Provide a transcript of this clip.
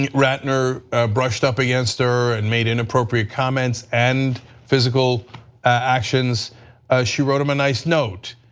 and ratner brushed up against her and made inappropriate comments and physical actions she wrote him a nice note.